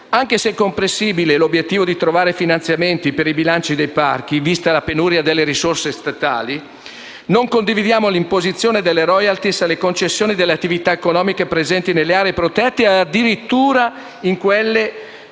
anche se è comprensibile l'obiettivo di trovare finanziamenti per i bilanci dei parchi, vista la penuria delle risorse statali, non condividiamo l'imposizione delle *royalty* alle concessioni delle attività economiche presenti nelle aree protette e, addirittura, in quelle